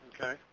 Okay